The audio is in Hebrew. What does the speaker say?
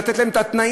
לתת להם את התנאים.